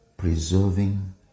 Preserving